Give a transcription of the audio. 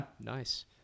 nice